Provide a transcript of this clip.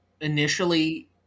initially